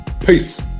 Peace